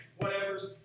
whatevers